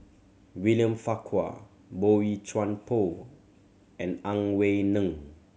William Farquhar Boey Chuan Poh and Ang Wei Neng